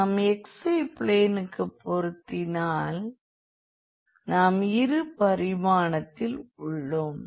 நாம் xy பிளேனுக்கு பொருத்தினால் நாம் இரு பரிமாணத்தில் உள்ளோம்